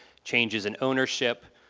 changes in ownership,